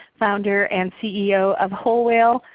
founder and ceo of whole whale,